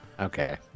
Okay